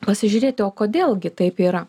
pasižiūrėti o kodėl gi taip yra